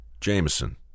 Jameson